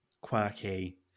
quirky